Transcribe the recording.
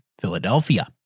Philadelphia